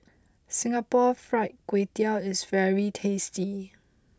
Singapore Fried Kway Tiao is very tasty